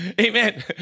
Amen